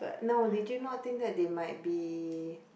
no did you not think that they might be